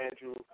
Andrew